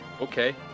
Okay